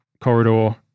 corridor